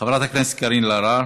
חברת הכנסת קארין אלהרר,